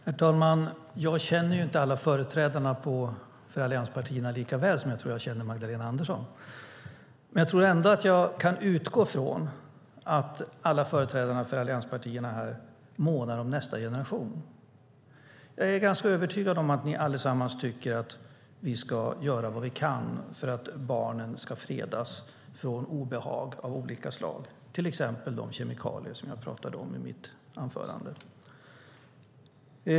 Herr talman! Jag känner inte alla företrädare för allianspartierna lika väl som jag tror att jag känner Magdalena Andersson. Jag tror ändå att jag kan utgå från att alla företrädare för allianspartierna här månar om nästa generation. Jag är ganska övertygad om att ni allesammans tycker att vi ska göra vad vi kan för att barnen ska fredas från obehag av olika slag, till exempel de kemikalier som jag pratade om i mitt anförande.